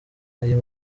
ayo